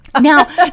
Now